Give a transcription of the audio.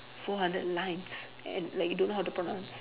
four hundred lines and like you don't know how to pronounce